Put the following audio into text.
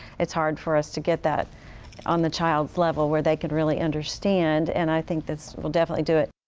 it's hard for us to get that on the child's level where they can really understand. and i think this will definitely do it.